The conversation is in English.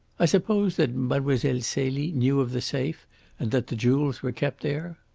i suppose that mademoiselle celie knew of the safe and that the jewels were kept there?